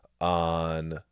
on